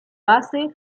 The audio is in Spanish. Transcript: base